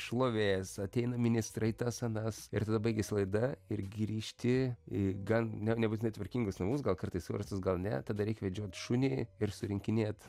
šlovės ateina ministrai tas anas ir tada baigiasi laida ir grįžti į gan ne nebūtinai tvarkingus namus gal kartais suverstus gal ne tada reik vedžiot šunį ir surinkinėt